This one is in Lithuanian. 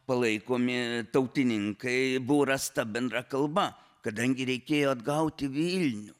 palaikomi tautininkai buvo rasta bendra kalba kadangi reikėjo atgauti vilnių